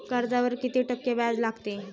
कर्जावर किती टक्के व्याज लागते?